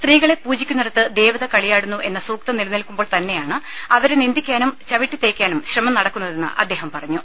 സ്ത്രീകളെ പൂജിക്കുന്നിടത്ത് ദേവത കളിയാടുന്നു എന്ന സൂക്തം നിലനിൽക്കുമ്പോൾ തന്നെയാണ് അവരെ നിന്ദിക്കാനും ചവിട്ടിതേയ്ക്കായും ശ്രമം നടക്കുന്നതെന്ന് അദ്ദേഹം പറഞ്ഞു